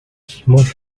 smoke